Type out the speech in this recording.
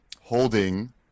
holding